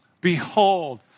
Behold